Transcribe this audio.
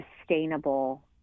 sustainable